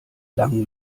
langen